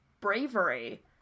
bravery